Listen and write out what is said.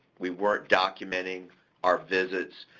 we weren't documenting our visits,